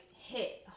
hit